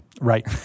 Right